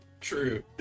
True